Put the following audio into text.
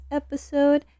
episode